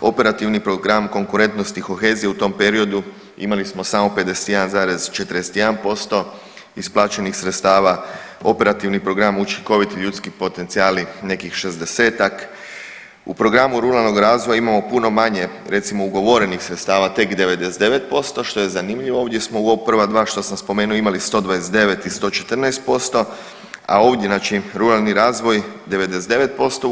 Operativni program konkurentnosti i kohezije u tom periodu imali smo samo 51,41% isplaćenih sredstava, operativni program učinkoviti ljudski potencijali nekih 60-tak, u programu ruralnog razvoja imamo puno manje recimo ugovorenih sredstava tek 99%, što je zanimljivo, ovdje smo u ova prva dva što sam spomenuo imali 129 i 114%, a ovdje znači ruralni razvoj 99%